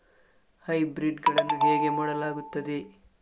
Hybrid ಗಳನ್ನು ಹೇಗೆ ಮಾಡಲಾಗುತ್ತದೆ?